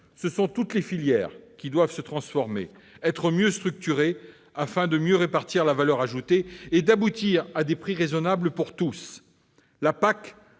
ce sont toutes les filières qui doivent se transformer, être mieux structurées afin de mieux répartir la valeur ajoutée et d'aboutir à des prix raisonnables pour tous. La PAC